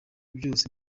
byose